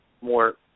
more